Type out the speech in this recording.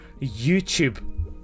youtube